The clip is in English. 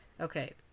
Okay